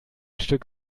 stück